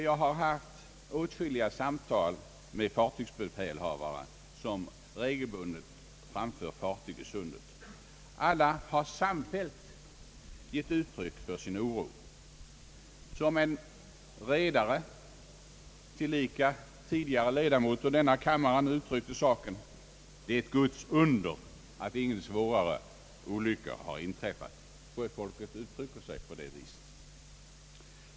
Jag har haft åtskilliga samtal med fartygsbefälhavare som =<:regelbundet framför fartyg i Öresund. Alla har samfällt givit uttryck för sin oro. En redare, tidigare tillika ledamot av denna kammare, har uttryckt det så: Det är ett Guds under att ingen svårare olycka har inträffat. — Sjöfolk uttrycker sig på det viset.